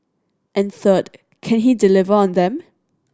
and third can he deliver on them